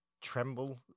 tremble